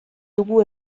dugu